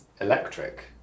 electric